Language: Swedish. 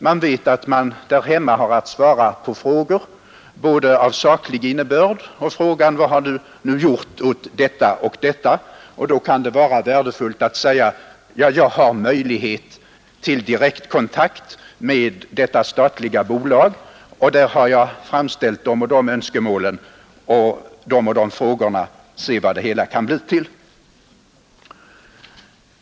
Man vet då att man där hemma får svara på frågor både av saklig innebörd och om vad man själv har gjort. Det kan i sådana fall vara värdefullt att kunna säga att man har direkt kontakt med vederbörande statliga bolag, där man har framställt de och de önskemålen eller frågorna, och att vi får se vad det hela kan leda till.